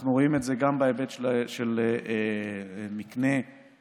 אנחנו רואים את זה גם בהיבט של מקנה ובקר,